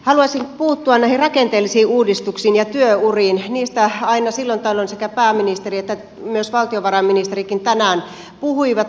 haluaisin puuttua näihin rakenteellisiin uudistuksiin ja työuriin niistä aina silloin tällöin sekä pääministeri että valtiovarainministerikin tänään puhuivat